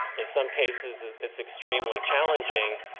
in some cases it's extremely challenging,